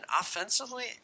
offensively